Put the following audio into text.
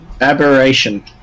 Aberration